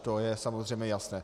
To je samozřejmě jasné.